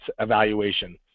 evaluation